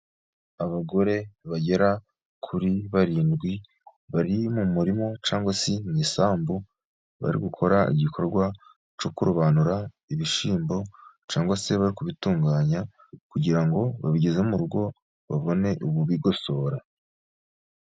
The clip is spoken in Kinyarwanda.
Abagore bagera kuri barindwi bari mu murima cyangwa se mu isambu bari gukora igikorwa cyo kurobanura ibishyimbo cyangwa se bari kubitunganya kugira ngo babigeze mu rugo babone ubu bigosora.